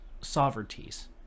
sovereignties